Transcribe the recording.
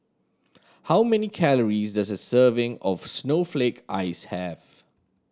how many calories does a serving of snowflake ice have